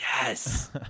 Yes